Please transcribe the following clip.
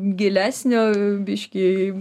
gilesnio biškį